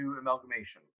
amalgamation